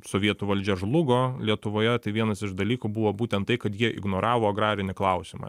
sovietų valdžia žlugo lietuvoje tai vienas iš dalykų buvo būtent tai kad jie ignoravo agrarinį klausimą